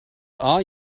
are